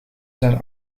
zijn